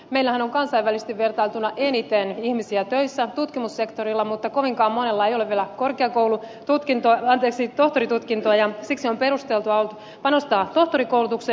meillähän on kansainvälisesti vertailtuna eniten ihmisiä töissä tutkimussektorilla mutta kovinkaan monella ei vielä ole tohtorintutkintoa ja siksi on perusteltua ollut panostaa tohtorikoulutukseen